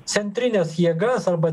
centrines jėgas arba